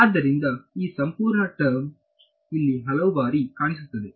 ಆದ್ದರಿಂದ ಈ ಸಂಪೂರ್ಣ ಟರ್ಮ್ ಇಲ್ಲಿ ಹಲವು ಬಾರಿ ಕಾಣಿಸುತ್ತದೆ